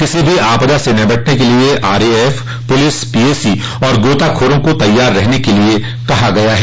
किसी भी आपदा से निपटने के लिए आरएएफ पुलिस पीएसी और गोताखोरों को तैयार रहने के लिए कहा गया है